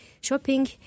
shopping